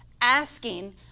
asking